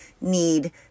need